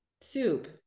soup